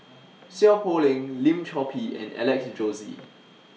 Seow Poh Leng Lim Chor Pee and Alex Josey